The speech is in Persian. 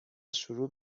شروع